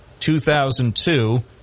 2002